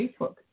Facebook